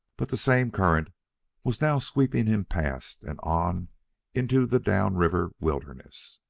but the same current was now sweeping him past and on into the down-river wilderness.